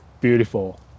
beautiful